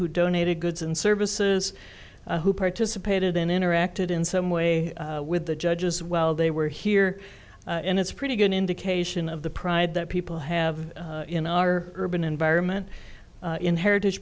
who donated goods and services who participated in interacted in some way with the judges while they were here and it's a pretty good indication of the pride that people have in our urban environment in heritage